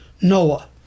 Noah